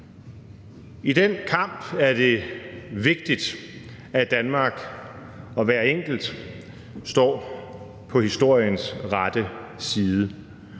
I den kamp er det vigtigt, at Danmark og hver enkelt står på historiens rette side.